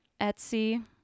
Etsy